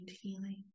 healing